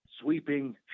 sweeping